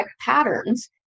patterns